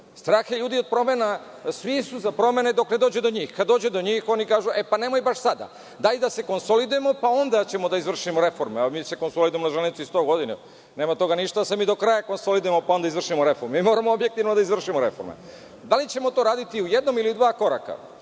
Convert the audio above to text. strah je ljudi promena u društvu, svi su za promene dok ne dođe do njih, kada dođe do njih oni kažu – e, pa nemoj baš sada, daj da se konsolidujemo pa ćemo onda da izvršimo reformu, mi se konsolidujemo na železnici sto godina. Nema od toga ništa, da se mi do kraja konsolidujemo, pa onda izvršimo reformu. Mi moramo objektivno da izvršimo reforme. Da li ćemo to raditi u jednom ili u dva koraka?